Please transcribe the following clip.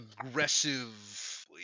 aggressive